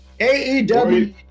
AEW